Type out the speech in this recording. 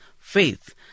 faith